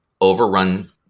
overrun